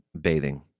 bathing